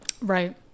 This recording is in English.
right